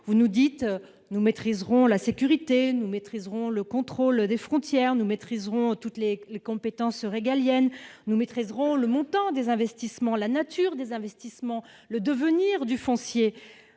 en disant :« Nous maîtriserons la sécurité. Nous maîtriserons le contrôle des frontières. Nous maîtriserons toutes les compétences régaliennes. Nous maîtriserons le montant et la nature des investissements, ainsi que le devenir du foncier ».